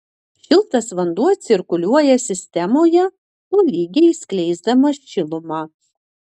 šiltas vanduo cirkuliuoja sistemoje tolygiai skleisdamas šilumą